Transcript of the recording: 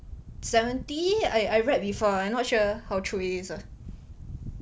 seventy I I read before I not sure how true it is ah